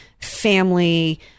family